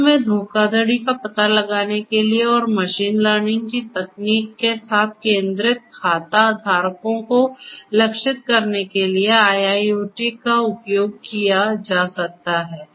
वित्त में धोखाधड़ी का पता लगाने के लिए और मशीन लर्निंग की तकनीक के साथ केंद्रित खाता धारकों को लक्षित करने के लिए IIoT का उपयोग किया जा सकता है